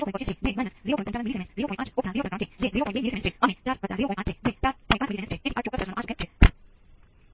હવે જો રેઝિસ્ટન્સ પર આધાર રાખીને આપણી પાસે ત્યાં ટૂંકો સમય અચળાંક હોઈ શકે છે